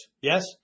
Yes